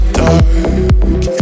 dark